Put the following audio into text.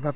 एबा